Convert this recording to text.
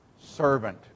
Servant